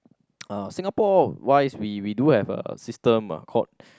uh Singapore wise we we do have a system uh called